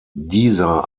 dieser